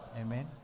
amen